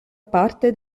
parte